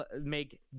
make